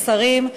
השרים,